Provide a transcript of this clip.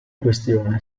questione